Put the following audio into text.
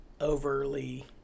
overly